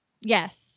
Yes